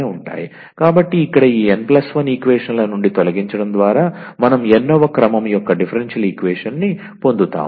కాబట్టి ఇక్కడ ఈ 𝑛 1 ఈక్వేషన్ ల నుండి తొలగించడం ద్వారా మనం 𝑛 వ క్రమం యొక్క డిఫరెన్షియల్ ఈక్వేషన్ని పొందుతాము